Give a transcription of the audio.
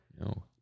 No